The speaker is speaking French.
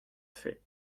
fait